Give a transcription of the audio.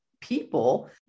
people